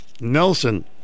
Nelson